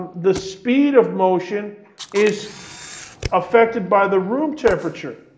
the speed of motion is affected by the room temperature.